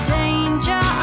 danger